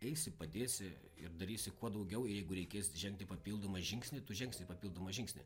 eisi padėsi ir darysi kuo daugiau jeigu reikės žengti papildomą žingsnį tu žengsi papildomą žingsnį